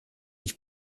ich